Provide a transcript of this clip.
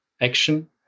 action